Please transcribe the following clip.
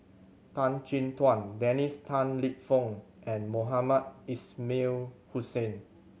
Tan Chin Tuan Dennis Tan Lip Fong and Mohamed Ismail Hussain